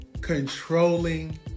Controlling